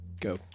Go